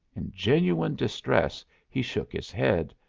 in genuine distress, he shook his head.